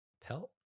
Pelt